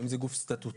האם זה גוף סטטוטורי?